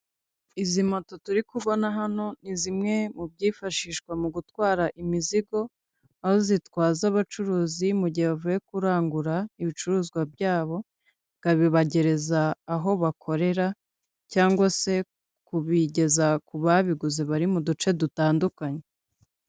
Izi moto turi kubona hano, ni zimwe mu byifashishwa mu gutwara imizigo, aho zitwaza abacuruzi mu gihe bavuye kurangura ibicuruzwa byabo bakabibagereza aho bakorera cyangwa se kubigeza ku babiguze bari mu duce dutandukanye.